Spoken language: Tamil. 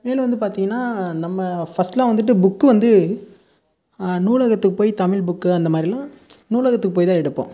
மேலும் வந்து பார்த்தீங்கனா நம்ம ஃபஸ்ட்லாம் வந்துட்டு புக்கு வந்து நூலகத்துக்கு போய் தமிழ் புக்கு அந்த மாதிரிலாம் நூலகத்துக்கு போய் தான் எடுப்போம்